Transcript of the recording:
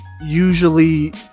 usually